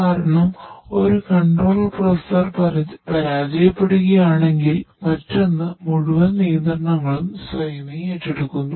കാരണം ഒരു control processor പരാജയപ്പെടുകയാണെങ്കിൽ മറ്റൊന്ന് മുഴുവൻ നിയന്ത്രണങ്ങളും സ്വയമേ എടുക്കുന്നു